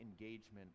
engagement